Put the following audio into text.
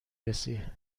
رسی